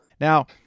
Now